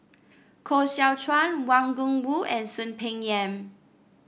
Koh Seow Chuan Wang Gungwu and Soon Peng Yam